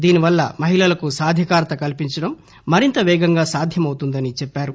దీనివల్ల మహిళలకు సాధికారత కల్పించడం మరింత వేగంగా సాధ్యం అవుతుందని చెప్పారు